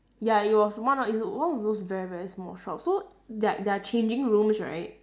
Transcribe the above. ya it was one of one of those very very small shop so like their changing rooms right